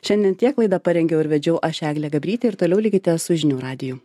šiandien tiek laidą parengiau ir vedžiau aš eglė gabrytė ir toliau likite su žinių radiju